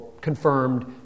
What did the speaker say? confirmed